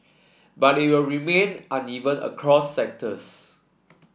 but it will remain uneven across sectors